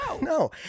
no